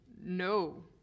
no